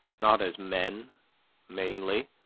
not as men mainly,